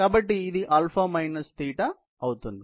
కాబట్టి ఇది α θ అవుతుంది